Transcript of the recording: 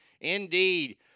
Indeed